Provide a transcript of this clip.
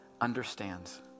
understands